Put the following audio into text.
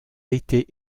été